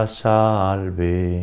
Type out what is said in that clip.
salve